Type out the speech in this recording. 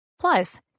Plus